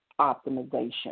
optimization